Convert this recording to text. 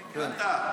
הבנת?